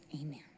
Amen